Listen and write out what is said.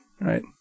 Right